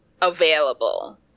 available